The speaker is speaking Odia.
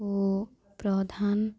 ଓ ପ୍ରଧାନ